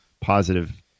positive